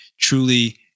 truly